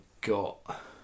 got